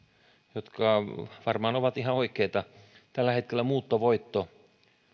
jotka varmaan ovat ihan oikeita tällä hetkellä muuttovoitto